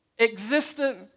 existent